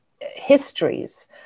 histories